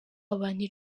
abantu